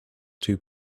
two